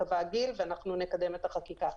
ייקבע הגיל ואנחנו נקדם את החקיקה.